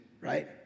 right